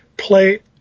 play